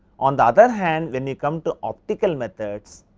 on the other hand, when you come to optical methods,